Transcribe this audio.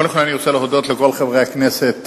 קודם כול, אני רוצה להודות לכל חברי הכנסת